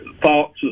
thoughts